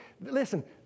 listen